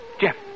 Jeff